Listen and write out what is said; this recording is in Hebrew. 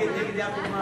הממשלה על